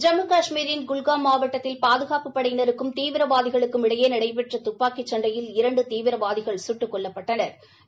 ஜம்மு கஷ்மீர் குல்காம் மாவட்டத்தில் பாதுகாப்புப் படையினருக்கும் தீவிரவாதிகளுக்கும் இடையே நடைபெற்ற துப்பாக்கி சண்டையில் இரண்டு தீவிரவாதிகள் சுட்டுக் கொல்லப்பட்டனா்